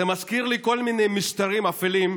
זה מזכיר לי כל מיני משטרים אפלים.